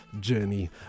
journey